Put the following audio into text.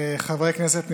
חברי כנסת נכבדים,